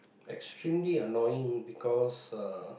extremely annoying because uh